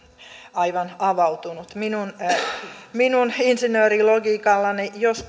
aivan avautunut minun insinöörilogiikallani jos